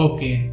Okay